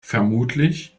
vermutlich